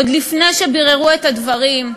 עוד לפני שביררו את הדברים,